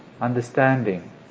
understanding